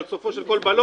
על סופו של כל בלון,